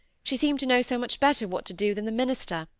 she seemed to know so much better what to do than the minister,